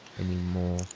anymore